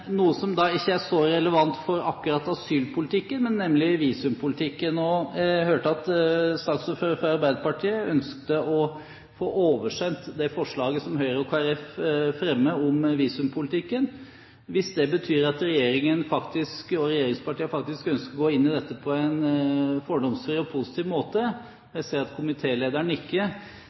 noe som ikke er så relevant for akkurat asylpolitikken, nemlig visumpolitikken. Jeg hørte at saksordføreren fra Arbeiderpartiet ønsket å få oversendt det forslaget som Høyre og Kristelig Folkeparti fremmer om visumpolitikken. Hvis det betyr at regjeringen og regjeringspartiene faktisk ønsker å gå inn i dette på en fordomsfri og positiv måte – jeg ser at